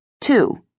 Two